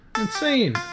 insane